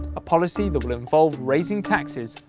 a policy that will involve raising taxes,